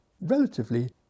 relatively